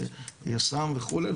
יס"מ וכולי,